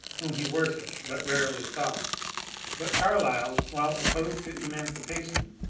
whom he worshipped but rarely saw but carlyle, while opposed to emancipation,